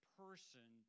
person